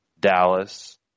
Dallas